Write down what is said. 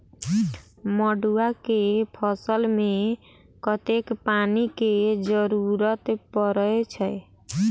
मड़ुआ केँ फसल मे कतेक पानि केँ जरूरत परै छैय?